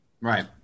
right